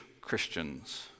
Christians